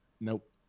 Nope